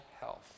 health